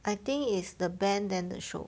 I think it's the band then the show